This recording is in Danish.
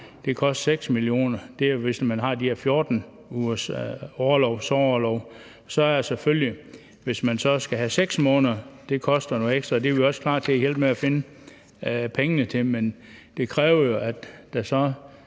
det koste 6 mio. kr. Det er, hvis man har de her 14 ugers sorgorlov. Så koster det selvfølgelig noget ekstra, hvis man skal have 6 måneder, og det er vi også klar til at hjælpe med at finde pengene til. Men det kræver jo så, at der